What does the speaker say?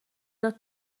داد